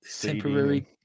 temporary